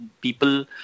people